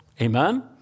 Amen